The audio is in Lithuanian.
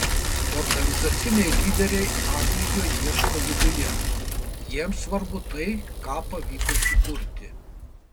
organizaciniai lyderiai atlygio ieško viduje jiems svarbu tai ką pavyko sukurti